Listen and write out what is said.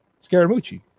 scaramucci